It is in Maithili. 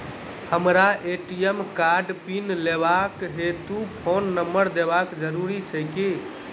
हमरा ए.टी.एम कार्डक पिन लेबाक हेतु फोन नम्बर देबाक जरूरी छै की?